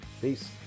Peace